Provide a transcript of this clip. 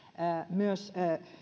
myös